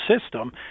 system